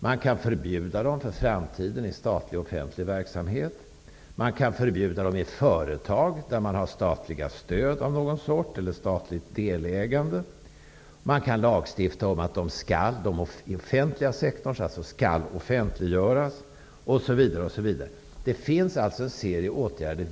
Man kan förbjuda fallskärmar för framtiden i statlig och offentlig verksamhet. Man kan förbjuda fallskärmar i företag där det förekommer statliga stöd av någon sort eller statligt delägande. Man kan lagstifta om att fallskärmar i den offentliga sektorn skall offentliggöras osv. Vi kan alltså vidta en serie åtgärder.